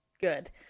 good